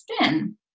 spin